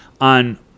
on